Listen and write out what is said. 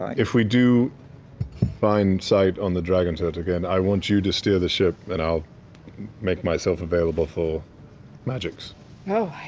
if we do find sight on the dragon turtle again, i want you to steer the ship, and i'll make myself available for magics. marisha oh,